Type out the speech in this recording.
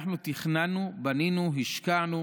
אנחנו תכננו, בנינו, השקענו